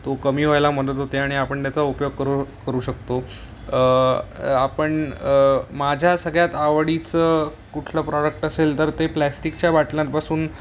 तो कमी हवायला मदत होते आणि आपण त्याचा उपयोग करू करू शकतो आपण माझ्या सगळ्यात आवडीचं कुठलं प्रॉडक्ट असेल तर ते प्लॅस्टिकच्या बाटल्यातपासून